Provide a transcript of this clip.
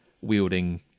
wielding